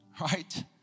Right